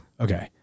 Okay